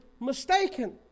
mistaken